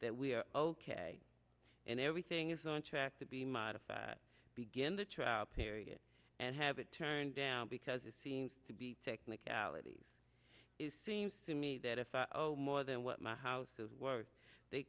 that we are ok and everything is on track to be modified begin the trial period and have it turned down because it seems to be technicalities is seems to me that if i owe more than what my house is worth they